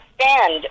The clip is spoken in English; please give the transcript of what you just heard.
stand